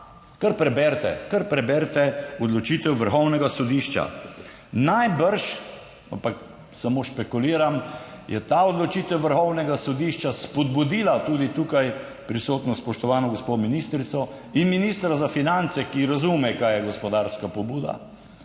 Kar preberite, kar preberite odločitev Vrhovnega sodišča. Najbrž, ampak samo špekuliram, je ta odločitev Vrhovnega sodišča spodbudila tudi tukaj prisotno spoštovano gospo ministrico in ministra za finance, ki razume kaj je gospodarska pobuda,